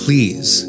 Please